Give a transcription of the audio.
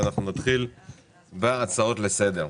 ואנחנו נתחיל בהצעות לסדר,